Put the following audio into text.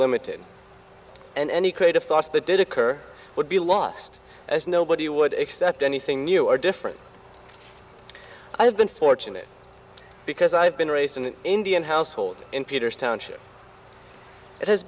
limited and any creative thoughts the did occur would be lost as nobody would accept anything new or different i have been fortunate because i've been raised in an indian household in peter's township it has